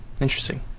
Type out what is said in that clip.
Interesting